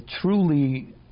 truly